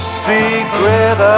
secret